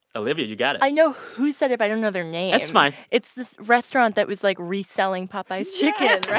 olivia, you got it i know who said it, but i don't know their name that's fine it's this restaurant that was, like, reselling popeye's chicken, ah